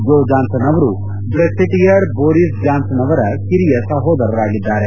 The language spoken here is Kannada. ಜೋ ಜಾನ್ಸನ್ ಅವರು ಬ್ರೆಕ್ಟಿಟಿಯರ್ ಬೋರೀಸ್ ಜಾನ್ಸನ್ ಅವರ ಕಿರಿಯ ಸಹೋದರರಾಗಿದ್ದಾರೆ